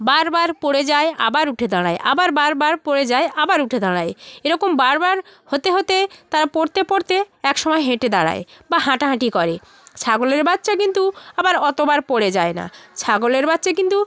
বার বার পড়ে যায় আবার উঠে দাঁড়ায় আবার বার বার পড়ে যায় আবার উঠে দাঁড়ায় এরকম বার বার হতে হতে তারা পড়তে পড়তে এক সময় হেঁটে দাঁড়ায় বা হাঁটাহাঁটি করে ছাগলের বাচ্চা কিন্তু আবার অতবার পড়ে যায় না ছাগলের বাচ্চা কিন্তু